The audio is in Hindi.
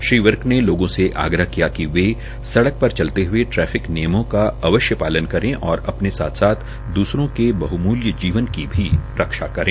श्री विर्क ने लोगों से आग्रह किया वे सड़क पर चलते हये ट्रैफिक नियमों का अवश्य पालन करे और अपने साथ साथ द्रसरों के बहमूल्य जीवन की भी रक्षा करें